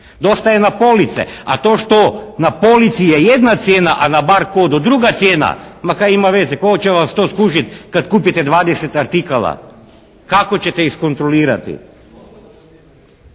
Dosta je na police, a to što na polici je jedna cijena, a na barkodu druga cijena, ma kaj ima veze, …/Govornik se ne razumije./… vas to skužiti kad kupite 20 artikala. Kako ćete iskontrolirati?